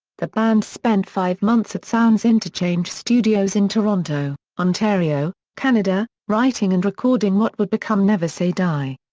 the band spent five months at sounds interchange studios in toronto, ontario, canada, writing and recording what would become never say die!